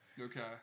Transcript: Okay